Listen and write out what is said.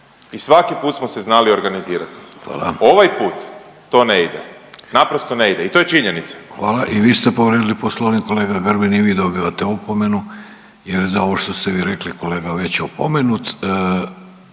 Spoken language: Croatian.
i svaki put smo se znali organizirati. …/Upadica: Hvala./… Ovaj put to ne ide, naprosto ne ide i to je činjenica.